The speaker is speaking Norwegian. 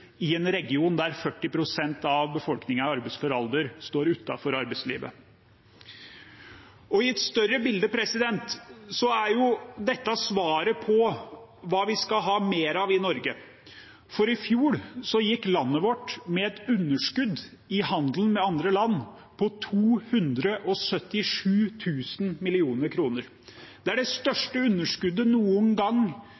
i en region der 40 pst. av befolkningen i arbeidsfør alder står utenfor arbeidslivet. I et større bilde er jo dette svaret på hva vi skal ha mer av i Norge, for i fjor gikk landet vårt med et underskudd i handelen med andre land på 277 000 mill. kr. Det er det